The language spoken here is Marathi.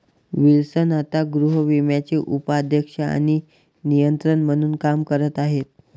विल्सन आता गृहविम्याचे उपाध्यक्ष आणि नियंत्रक म्हणून काम करत आहेत